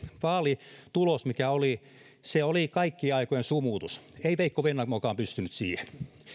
vaalitulos mikä oli oli kaikkien aikojen sumutus ei veikko vennamokaan pystynyt siihen